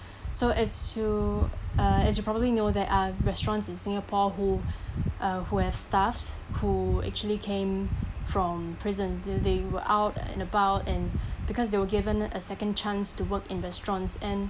so as you uh as you probably know there are restaurants in singapore who uh who have staffs who actually came from prisons they they were out in a about and because they were given a second chance to work in restaurants and